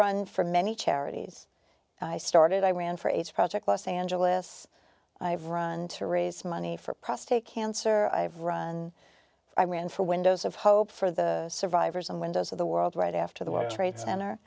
run for many charities i started i ran for aids project los angeles i run to raise money for prostate cancer i've run i ran for windows of hope for the survivors and windows of the world right after the world trade center